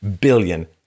billion